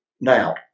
Now